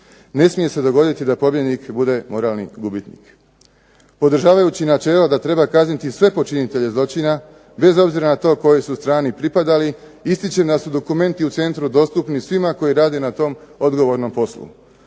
Ne smije se dogoditi da pobjednik bude moralni gubitnik. Podržavajući načela da treba kazniti sve počinitelje zločina, bez obzira na to kojoj su strani pripadala ističem da su dokumenti u centru dostupni svima koji rade na tom odgovornom poslu.